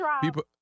people